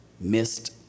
Missed